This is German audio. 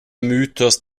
mythos